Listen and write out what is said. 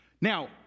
Now